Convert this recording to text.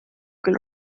küll